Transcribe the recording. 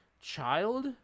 child